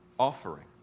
offering